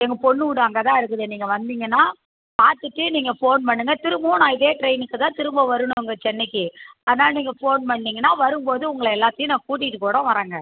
எங்கள் பொண்ணு வீடு அங்கே தான் இருக்குது நீங்கள் வந்திங்கனால் பார்த்துட்டு நீங்கள் ஃபோன் பண்ணுங்க திரும்பவும் நான் இதே ட்ரெய்னுக்கு தான் திரும்ப வரணும் அங்கே சென்னைக்கு அதனால் நீங்கள் ஃபோன் பண்ணிங்கனால் வரும் போது உங்களை எல்லாத்தையும் நான் கூட்டிகிட்டு கூட வரேங்க